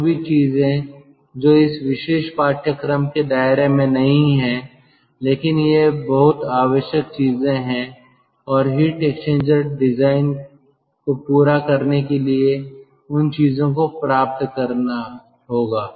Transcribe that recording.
ये सभी चीजें जो इस विशेष पाठ्यक्रम के दायरे में नहीं हैं लेकिन वे बहुत आवश्यक चीजें हैं और हीट एक्सचेंजर डिजाइन को पूरा करने के लिए उन चीजों को पता करना होगा